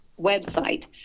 website